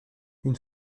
une